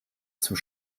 zum